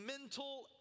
mental